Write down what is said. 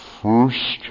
first